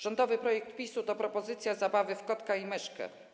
Rządowy projekt PiS to propozycja zabawy w kotka i myszkę.